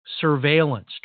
surveillance